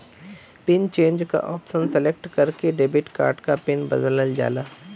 pin change क option select करके debit card क पिन बदलल जाला